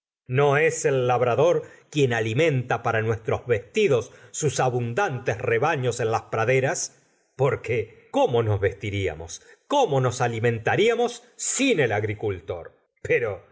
no es el labrador quien alimenta para nuestros vestidos sus abundantes rebaños en las praderas porque cómo nos vestiríamos cómo nos alimentaríamos sin el agricultor pero